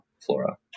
flora